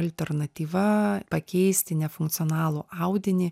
alternatyva pakeisti nefunkcionalų audinį